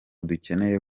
dukeneye